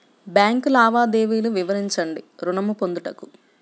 Bank లావాదేవీలు వివరించండి ఋణము పొందుటకు?